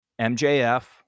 MJF